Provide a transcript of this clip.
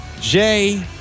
Jay